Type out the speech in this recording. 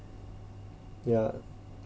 ya